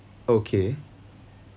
okay